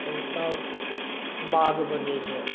ओ तब बाग बनै यऽ